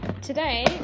today